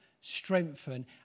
strengthen